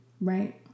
right